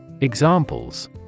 Examples